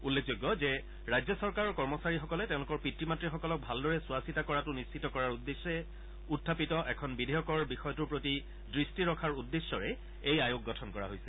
উল্লেখযোগ্য যে ৰাজ্য চৰকাৰৰ কৰ্মচাৰীসকলে তেওঁলোকৰ পিতৃ মাত্সকলক ভালদৰে চোৱা চিতা কৰাটো নিশ্চিত কৰাৰ উদ্দেশ্যে উখাপিত এখন বিধেয়কৰ বিষয়টোৰ প্ৰতি দৃষ্টি ৰখাৰ উদ্দেশ্যৰে এই আয়োগ গঠন কৰা হৈছে